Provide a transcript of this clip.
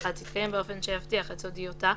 השיחה תתקיים באופן שיבטיח את סודיותה,